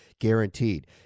guaranteed